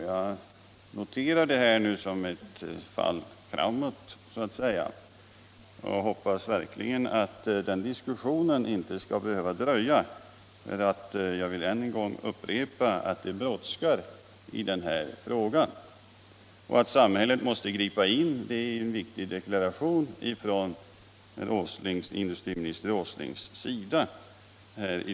Jag noterar det som ett fall framåt och hoppas verkligen att den diskussionen inte skall behöva dröja. Jag upprepar att det brådskar. Att samhället måste gripa in är en viktig deklaration från industriministerns sida.